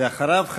ואחריו,